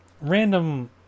random